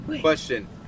Question